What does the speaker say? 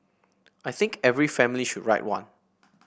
I think every family should write one